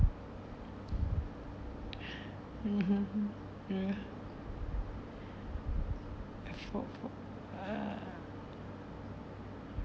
(uh huh) ya uh